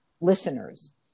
listeners